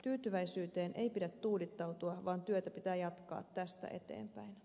tyytyväisyyteen ei pidä tuudittautua vaan työtä pitää jatkaa tästä eteenpäin